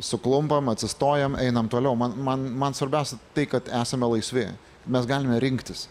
suklumpam atsistojam einam toliau man man man svarbiausia tai kad esame laisvi mes galime rinktis